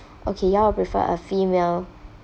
okay you all prefer a female